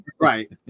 Right